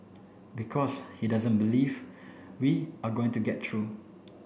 because he doesn't believe we are going to get true